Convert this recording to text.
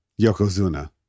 Yokozuna